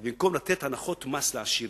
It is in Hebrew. אז במקום לתת הנחות מס לעשירים,